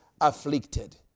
afflicted